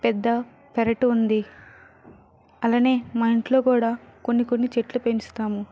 పెద్ద పెరటు ఉంది అలానే మా ఇంట్లో కూడా కొన్ని కొన్ని చెట్లు పెంచుతాము